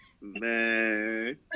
Man